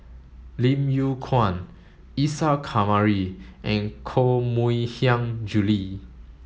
Lim Yew Kuan Isa Kamari and Koh Mui Hiang Julie